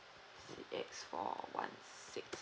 C X four one six